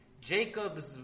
Jacob's